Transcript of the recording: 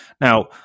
Now